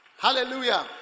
Hallelujah